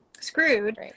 screwed